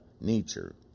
nature